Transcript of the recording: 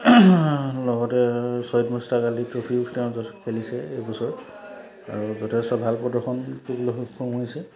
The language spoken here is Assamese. লগতে চৈয়দ মুস্তাক আলি ট্ৰফিও তেওঁ খেলিছে এইবছৰ আৰু যথেষ্ট ভাল প্ৰদৰ্শন কৰিবলৈ সক্ষম হৈছে